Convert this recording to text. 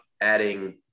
adding